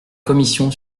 commission